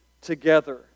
together